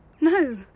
No